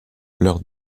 leurs